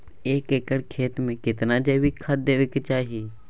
एक एकर खेत मे केतना जैविक खाद देबै के चाही?